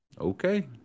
Okay